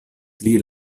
pli